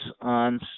on